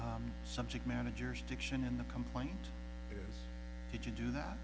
subject managers diction in the complaint if you do that